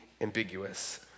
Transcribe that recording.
ambiguous